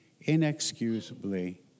inexcusably